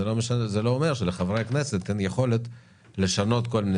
זה לא אומר שלחברי הכנסת אין יכולת לשנות כל מיני